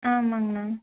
ஆமாம்ங்கண்ணா